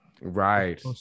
Right